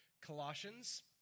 Colossians